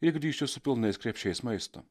ir grįžti su pilnais krepšiais maisto